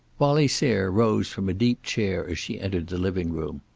wallie sayre rose from a deep chair as she entered the living-room.